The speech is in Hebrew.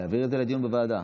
להעביר את זה לדיון בוועדה.